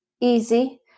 easy